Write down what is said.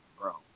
Bro